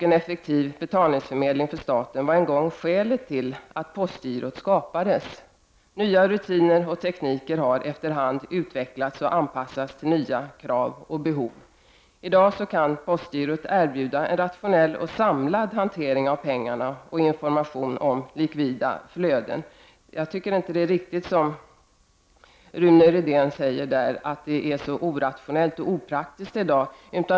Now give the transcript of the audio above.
En effektiv betalningsförmedling för staten var en gång skälet till att postgirot skapades. Nya rutiner och tekniker har efter hand utvecklats och anpassats till nya krav och behov. I dag kan postgirot erbjuda en rationell och samlad hantering av pengarna och information om likvida flöden. Jag tycker inte att Rune Rydén har rätt när han säger att det är så orationellt och opraktiskt i dag.